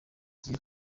gihe